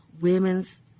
women's